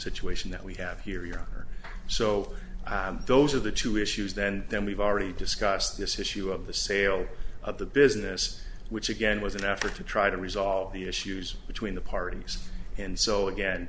situation that we have here a year or so those are the two issues then then we've already discussed this issue of the sale of the business which again was an effort to try to resolve the issues between the parties and so again